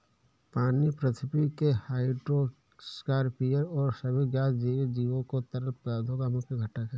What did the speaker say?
पानी पृथ्वी के हाइड्रोस्फीयर और सभी ज्ञात जीवित जीवों के तरल पदार्थों का मुख्य घटक है